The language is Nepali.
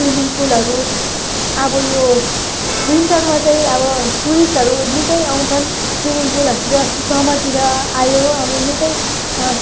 स्विमिङ पुलहरू अब यो विन्टरमा चाहिँ अब टुरिस्टहरू निकै आउँछन् स्विमिङ पुलहरूतिर अस्ति समरतिर आयो अस्ति निकै